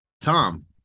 tom